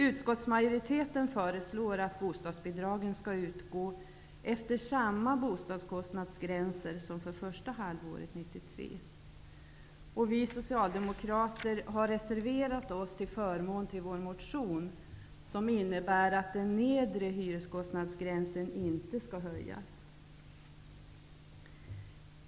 Utskottsmajoriteten föreslår att bostadsbidrag skall utgå efter samma bostadskostnadsgränser som för första halvåret 1993, och vi socialdemokrater har reserverat oss till förmån för vår motion, som innebär att den nedre hyreskostnadsgränsen inte skall höjas.